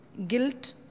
Guilt